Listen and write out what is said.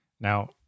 Now